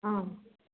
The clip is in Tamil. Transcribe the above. ம்